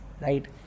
Right